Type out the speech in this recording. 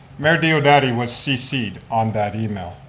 mayor diodati was cc'd on that email.